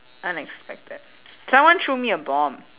unexpected someone threw me a bomb